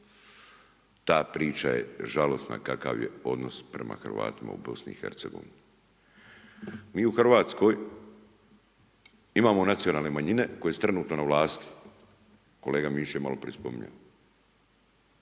Ta priča je žalosna kakav je odnos prema Hrvatima u Bosni i Hercegovini. Mi u Hrvatskoj imamo nacionalne manjine koje su trenutno na vlasti. Kolega Mišić je malo prije spominjao.